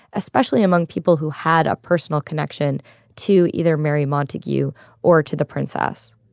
especially among people who had a personal connection to either mary montagu or to the princess